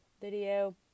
video